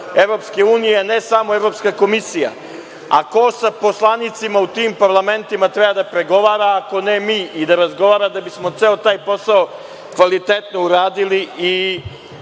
članica EU, ne samo Evropska komisija. Ko sa poslanicima u tim parlamentima treba da pregovara ako ne mi, i da razgovara da bismo ceo taj posao kvalitetno uradili i